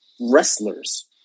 wrestlers